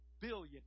billion